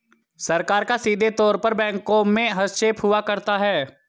सरकार का सीधे तौर पर बैंकों में हस्तक्षेप हुआ करता है